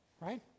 right